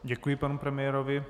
Děkuji panu premiérovi.